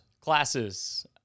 classes